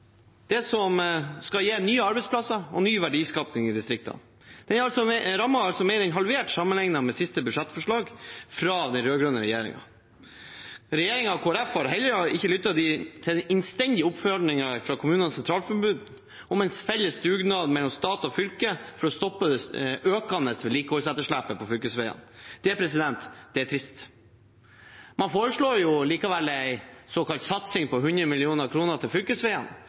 det som skal gi nye arbeidsplasser og ny verdiskaping i distriktene. Den rammen er mer enn halvert sammenliknet med siste budsjettforslag fra den rød-grønne regjeringen. Regjeringen og Kristelig Folkeparti har heller ikke lyttet til den innstendige oppfordringen fra Kommunenes Sentralforbund om en felles dugnad i stat og fylke for å stoppe det økende vedlikeholdsetterslepet på fylkesveiene. Det er trist. Man foreslår likevel en såkalt satsing på 100 mill. kr til fylkesveiene,